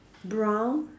brown